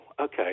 okay